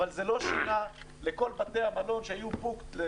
אבל זה לא שינה לכל בתי המלון שהיו בתפוסה